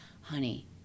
honey